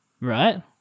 Right